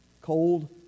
cold